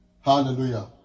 Hallelujah